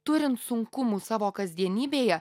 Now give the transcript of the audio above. turint sunkumų savo kasdienybėje